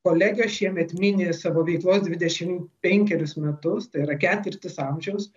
kolegijos šiemet mini savo veiklos dvidešim penkerius metus tai yra ketvirtis amžiaus